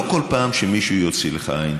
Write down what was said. לא כל פעם שמישהו יוציא לך עין,